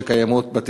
לדעתי,